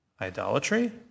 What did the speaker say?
idolatry